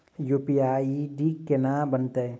UPI ID केना बनतै?